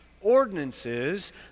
ordinances